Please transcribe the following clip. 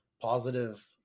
positive